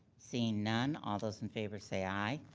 seeing none, all those in favor say aye.